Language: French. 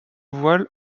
voile